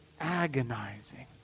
agonizing